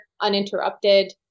uninterrupted